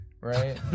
right